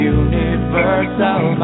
universal